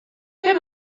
pemp